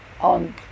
on